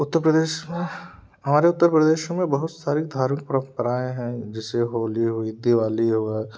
उत्तर प्रदेश में हमारे उत्तर प्रदेश में बहुत सारी धार्मिक परंपराए हैं जैसे होली हुई दीवाली हुआ